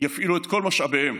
יפעילו את כל משאביהם